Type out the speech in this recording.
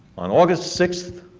on august sixth,